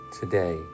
today